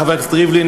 חבר הכנסת ריבלין,